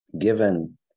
given